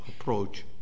approach